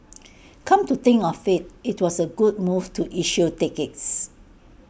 come to think of IT it was A good move to issue tickets